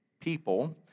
people